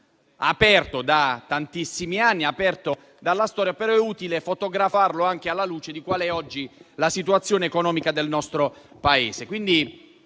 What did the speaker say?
aperto da tantissimi anni, aperto dalla storia, ma è utile fotografarla anche alla luce di qual è oggi la situazione economica del nostro Paese.